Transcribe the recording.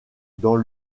dans